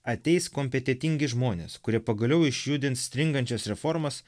ateis kompetetingi žmonės kurie pagaliau išjudins stringančias reformas